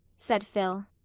said phil,